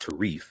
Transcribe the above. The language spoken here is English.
Tarif